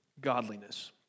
godliness